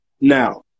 now